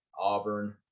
Auburn